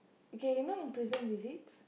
okay you know in prison visits